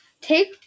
Take